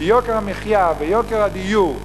כי יוקר המחיה ויוקר הדיור,